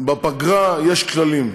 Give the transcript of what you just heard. בפגרה יש כללים.